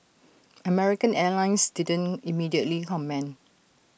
American airlines didn't immediately comment